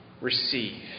receive